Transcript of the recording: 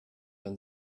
ein